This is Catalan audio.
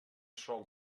sòl